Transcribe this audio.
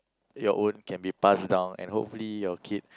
your own can be passed down and hopefully your kid